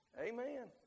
Amen